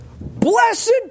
Blessed